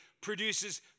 produces